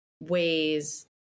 ways